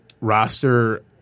roster